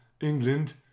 England